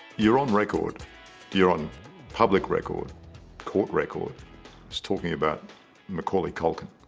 you're on record you're on public record court record is talking about macaulay culkin